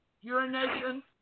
urination